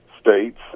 states